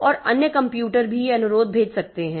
और अन्य कंप्यूटर भी ये अनुरोध भेज सकते हैं